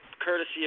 courtesy